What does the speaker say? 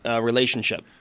relationship